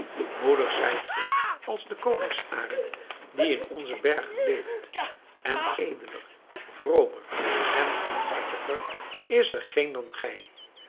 moedig zijt ge als de koningsarend die in onze bergen leeft en edeler vromer en goedhartiger is er geen